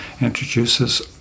introduces